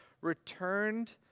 returned